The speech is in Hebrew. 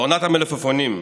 בעונת המלפפונים,